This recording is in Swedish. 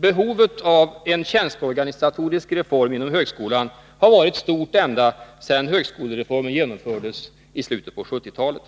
Behovet av en tjänsteorganisatorisk reform inom högskolan har varit stort ända sedan högskolereformen genomfördes i slutet av 1970-talet.